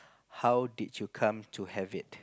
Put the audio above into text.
how did you come to have it